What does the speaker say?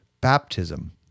Baptism